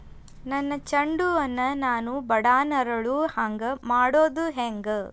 ನನ್ನ ಚಂಡ ಹೂ ಅನ್ನ ನಾನು ಬಡಾನ್ ಅರಳು ಹಾಂಗ ಮಾಡೋದು ಹ್ಯಾಂಗ್?